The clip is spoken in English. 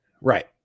Right